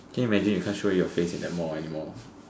can you imagine you can't show your face in that Mall anymore